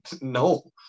no